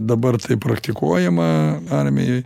dabar tai praktikuojama armijoj